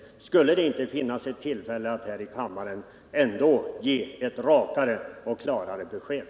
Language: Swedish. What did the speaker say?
Skulle det ändå inte vara ett lämpligt tillfälle att här i kammaren ge ett rakare och klarare besked?